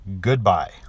goodbye